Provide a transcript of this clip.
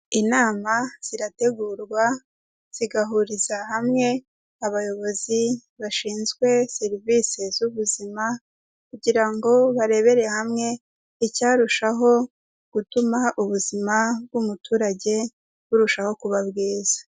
Inama zirategurwa zigahuriza hamwe abayobozi bashinzwe serivisi z'ubuzima kugira ngo barebere hamwe icyarushaho gutuma ubuzima bw'umuturage burushaho kuba bwiza.